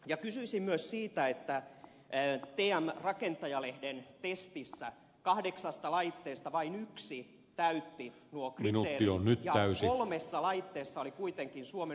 kysyisin myös siitä että tm rakennusmaailma lehden testissä kahdeksasta laitteesta vain yksi täytti nuo kriteerit ja kolmessa laitteessa oli kuitenkin suomen ympäristökeskuksen merkki